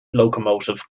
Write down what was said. locomotive